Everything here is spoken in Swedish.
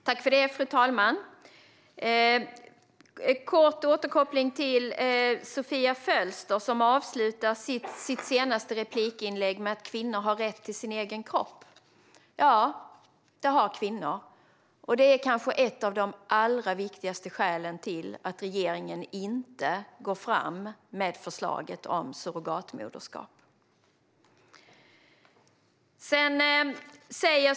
Fru talman! Först en kort återkoppling till Sofia Fölster som avslutar sitt senaste inlägg med att kvinnor har rätt till sin egen kropp. Ja, det har kvinnor, och det är kanske ett av de allra viktigaste skälen till att regeringen inte går fram med förslaget om surrogatmoderskap.